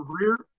career